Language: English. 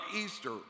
Easter